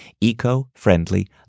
eco-friendly